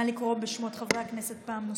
נא לקרוא בשמות חברי הכנסת פעם נוספת,